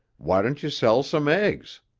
why don't you sell some eggs?